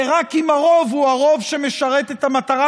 זה רק אם הרוב הוא הרוב שמשרת את המטרה